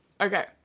okay